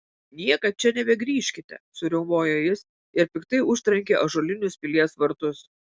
niekad čia nebegrįžkite suriaumojo jis ir piktai užtrenkė ąžuolinius pilies vartus